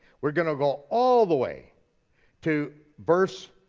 we're gonna go all the way to verse